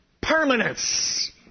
Permanence